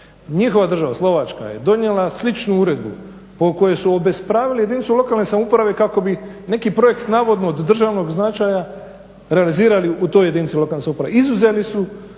Njihova država, Slovačka, je donijela sličnu uredbu po kojoj su obespravili jedinicu lokalne samouprave kako bi neki projekt navodno od državnog značaja realizirali u toj jedinici lokalne samouprave. Izuzeli su